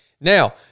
Now